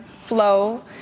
flow